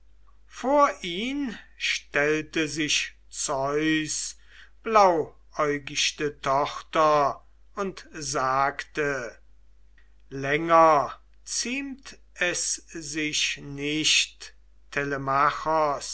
vor ihn stellte sich zeus blauäugichte tochter und sagte länger ziemt es sich nicht